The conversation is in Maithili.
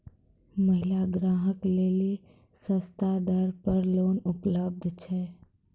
महिला ग्राहक लेली सस्ता दर पर लोन उपलब्ध छै?